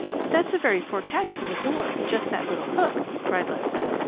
but that's a very poor catch for the door just that little hook! cried leslie.